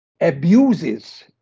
abuses